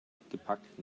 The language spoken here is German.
abgepackt